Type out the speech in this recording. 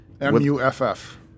M-U-F-F